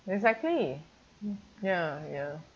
exactly ya ya